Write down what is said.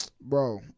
Bro